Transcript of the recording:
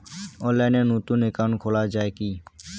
অনলাইনে নতুন একাউন্ট খোলা য়ায় কি?